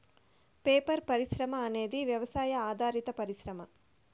paper పరిశ్రమ అనేది వ్యవసాయ ఆధారిత పరిశ్రమ